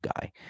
guy